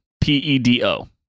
P-E-D-O